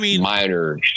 minor-